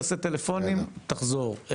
תעשה טלפונים ותחזור.